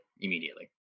immediately